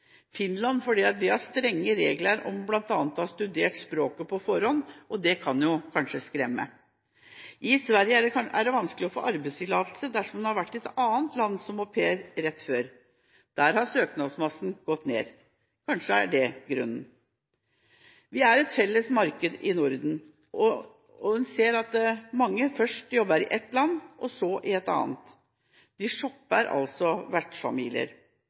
Finland minst. Det dreier seg mindre om Finland fordi de har strenge regler om bl.a. å ha studert språket på forhånd, og det kan kanskje skremme. I Sverige er det vanskelig å få arbeidstillatelse dersom en har vært au pair i et annet land rett før. Der har søknadsmassen gått ned. Kanskje er det grunnen. Vi i Norden er et felles marked. En ser at mange først jobber i ett land, og så i et annet. De shopper vertsfamilier.